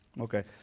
Okay